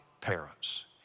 parents